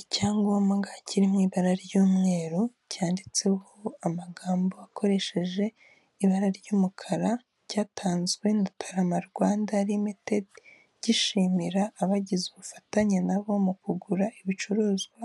Icyangombwa kiri mu ibara ry'umweru cyanditseho amagambo akoresheje ibara ry'umukara, cyatanzwe na tarama Rwanda limitedi gishimira abagize ubufatanye na bo mu kugura ibicuruzwa,